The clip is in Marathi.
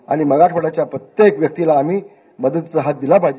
आणि मराष्ठवाड्याच्या प्रत्येक व्यक्तीला आम्ही मदतीचा हात दिला पाहिजे